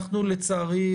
לצערי,